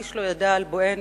איש לא ידע על בואנו,